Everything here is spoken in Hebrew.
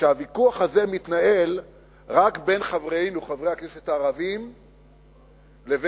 שהוויכוח הזה מתנהל רק בין חברינו חברי הכנסת הערבים לבינינו,